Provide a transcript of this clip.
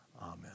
Amen